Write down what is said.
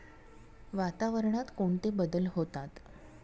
वातावरणात कोणते बदल होतात?